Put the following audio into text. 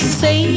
say